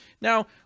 now